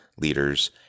leaders